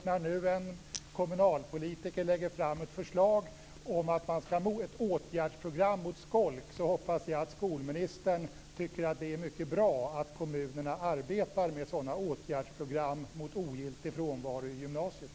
När nu en kommunalpolitiker lägger fram ett förslag om ett åtgärdsprogram mot skolk hoppas jag att skolministern tycker att det är mycket bra att kommunerna arbetar med sådana åtgärdsprogram mot ogiltig frånvaro i gymnasiet.